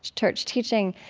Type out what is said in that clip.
church teaching.